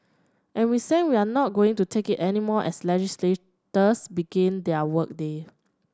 and we see we're not going to take it anymore as legislators begin their work day